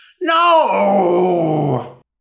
No